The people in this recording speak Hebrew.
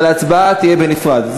אבל ההצבעה תהיה בנפרד.